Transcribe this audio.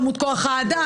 כמות כוח האדם,